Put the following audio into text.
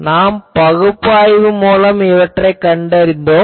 நாம் பகுப்பாய்வு மூலம் இவற்றைக் கண்டறிந்தோம்